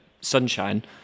sunshine